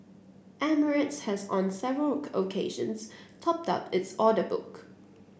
emirates has on several occasions topped up its order book